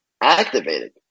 activated